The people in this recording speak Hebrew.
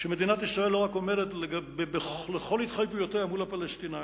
שמדינת ישראל לא רק עומדת בכל התחייבויותיה מול הפלסטינים.